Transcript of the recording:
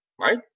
right